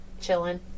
chilling